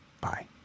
Bye